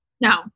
No